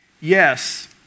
Yes